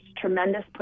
tremendous